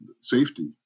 safety